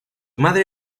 madre